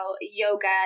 yoga